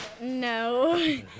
No